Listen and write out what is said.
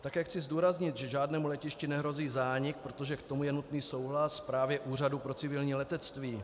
Také chci zdůraznit, že žádnému letišti nehrozí zánik, protože k tomu je nutný souhlas právě Úřadu pro civilní letectví.